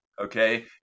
Okay